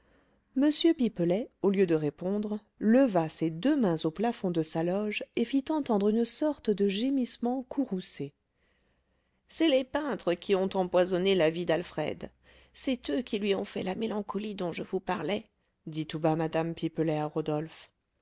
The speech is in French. m pipelet au lieu de répondre leva ses deux mains au plafond de sa loge et fit entendre une sorte de gémissement courroucé c'est les peintres qui ont empoisonné la vie d'alfred c'est eux qui lui ont fait la mélancolie dont je vous parlais dit tout bas mme pipelet à rodolphe